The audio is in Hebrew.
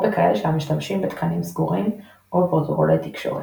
או בכאלה שמשתמשים בתקנים סגורים או בפרוטוקולי תקשורת.